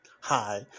Hi